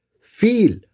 feel